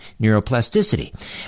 neuroplasticity